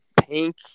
pink